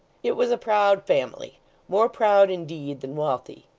it was a proud family more proud, indeed, than wealthy.